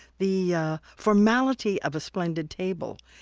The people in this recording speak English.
the formality of a splendid table.